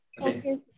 Okay